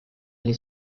oli